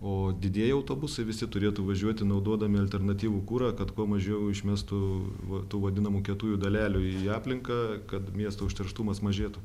o didieji autobusai visi turėtų važiuoti naudodami alternatyvų kurą kad kuo mažiau išmestų va tų vadinamų kietųjų dalelių į aplinką kad miesto užterštumas mažėtų